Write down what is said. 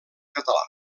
català